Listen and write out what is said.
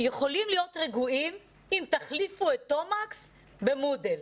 יכולים להיות רגועים, אם תחליפו את תומקס במודל,